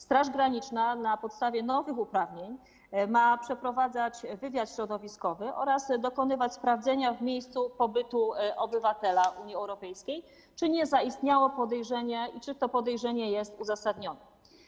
Straż Graniczna na podstawie nowych uprawnień ma przeprowadzać wywiad środowiskowy oraz dokonywać sprawdzenia w miejscu pobytu obywatela Unii Europejskiej, czy nie zaistniało podejrzenie i czy to podejrzenie jest uzasadnione.